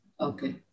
Okay